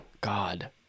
God